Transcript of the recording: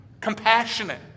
compassionate